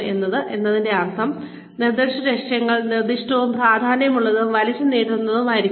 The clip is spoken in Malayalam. എസ് എന്നതിന്റെ അർത്ഥം നിർദ്ദിഷ്ട ലക്ഷ്യങ്ങൾ നിർദ്ദിഷ്ടവും പ്രാധാന്യമുള്ളതും വലിച്ചുനീട്ടുന്നതും ആയിരിക്കണം